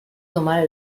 tomar